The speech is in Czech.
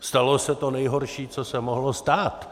Stalo se to nejhorší, co se mohlo stát.